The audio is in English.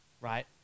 right